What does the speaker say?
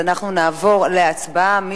נעבור להצבעה.